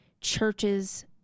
churches